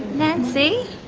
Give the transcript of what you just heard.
nancy,